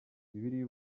bibiliya